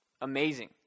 amazing